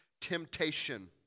Temptation